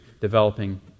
developing